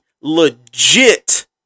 legit